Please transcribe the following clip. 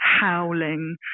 howling